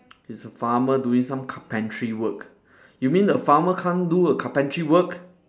it's a farmer doing some carpentry work you mean the farmer can't do a carpentry work